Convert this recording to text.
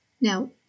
now